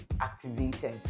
activated